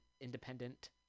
independent